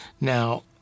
Now